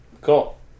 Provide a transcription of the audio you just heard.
Cool